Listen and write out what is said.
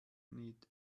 need